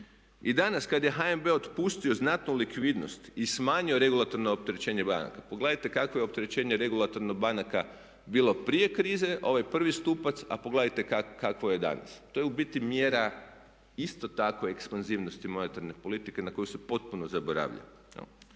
I danas kada je HNB otpustio znatnu likvidnost i smanjio regulatorno opterećenje banaka, pogledajte kakvo je opterećenje regulatornih banaka bilo prije krize, ovaj prvi stupac a pogledajte kakvo je danas. To je u biti mjera isto tako ekspanzivnosti monetarne politike na koju se potpuno zaboravlja.